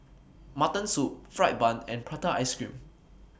Mutton Soup Fried Bun and Prata Ice Cream